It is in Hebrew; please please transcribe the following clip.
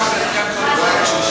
גם בהסכם קואליציוני.